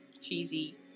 cheesy